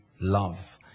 love